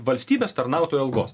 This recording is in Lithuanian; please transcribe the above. valstybės tarnautojų algos